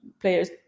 players